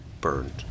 burned